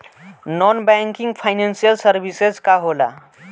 Non banking financial services का होला?